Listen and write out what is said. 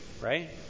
right